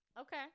Okay